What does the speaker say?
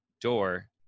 door